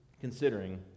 considering